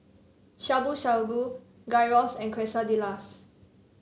Shabu Shabu Gyros and Quesadillas